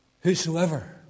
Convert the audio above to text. Whosoever